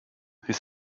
his